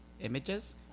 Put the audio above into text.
images